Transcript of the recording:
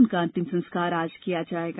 उनका अंतिम संस्कार आज किया जायेगा